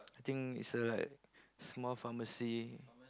I think it's a like small pharmacy